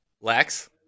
Lex